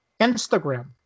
Instagram